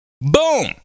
Boom